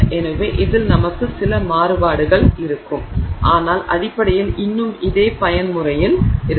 எனவே இதில் நமக்கு சில மாறுபாடுகள் இருக்கும் ஆனால் அடிப்படையில் இன்னும் அதே பயன்முறையில் இருக்கும்